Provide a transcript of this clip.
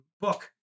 book